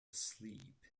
sleep